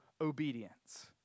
obedience